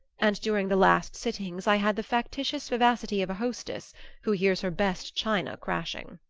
and during the last sittings i had the factitious vivacity of a hostess who hears her best china crashing.